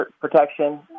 protection